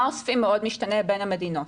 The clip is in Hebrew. מה אוספים מאוד משתנה בין המדינות.